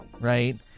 right